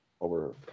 over